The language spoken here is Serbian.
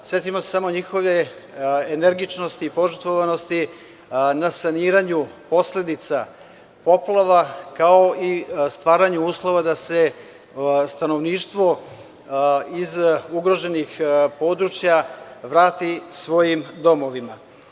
Setimo se samo njihove energičnosti i požrtvovanosti na saniranju posledica poplava, kao i stvaranju uslova da se stanovništvo iz ugroženih područja vrati svojim domovima.